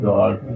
God